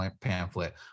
pamphlet